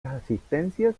asistencias